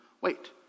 wait